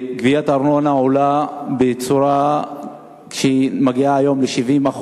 גביית הארנונה עולה ומגיעה היום ל-70%.